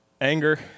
anger